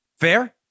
Fair